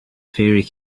fairy